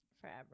forever